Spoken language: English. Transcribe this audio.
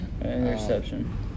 Interception